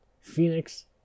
Phoenix